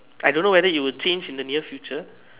I don't know whether it will change in the near future